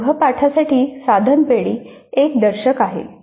गृहपाठासाठी साधन पेढी ही एक दर्शक आहे